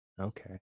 Okay